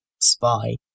spy